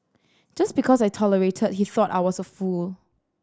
just because I tolerated he thought I was a fool